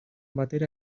batera